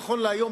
נכון להיום,